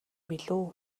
билүү